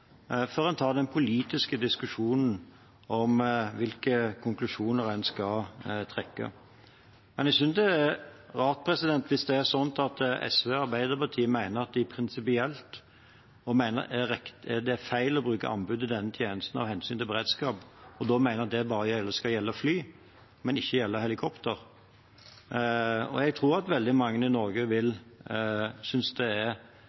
før en tar den politiske diskusjonen om hvilke konklusjoner en skal trekke. Jeg synes det er rart hvis SV og Arbeiderpartiet mener at det prinsipielt er feil å bruke anbud i denne tjenesten av hensyn til beredskapen, og da mener det bare skal gjelde fly og ikke helikopter. Jeg tror veldig mange i Norge ikke nødvendigvis vil støtte en idé om at luftambulansetjenesten, som har mange støttespillere i hele landet, skal avvikles og bli en offentlig virksomhet. Det